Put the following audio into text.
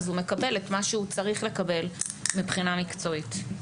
הוא מקבל את מה שהוא צריך לקבל מבחינה מקצועית.